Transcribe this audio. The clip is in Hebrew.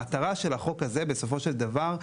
המטרה של החוק הזה בסופו של דבר,